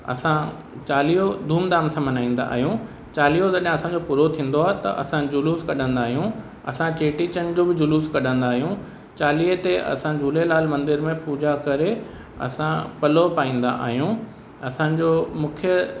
असां चालीहो धूम धाम सां मल्हाईंदा आहियूं चालीहो जॾहिं असांजो पूरो थींदो आहे त असां जुलूस कढंदा आहियूं असां चेटी चंड जो बि जुलूस कढंदा आहियूं चालीहे ते असां झूलेलाल मंदर में पूॼा करे असां पलउ पाईंदा आहियूं असांजो मुख्य